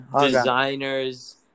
designers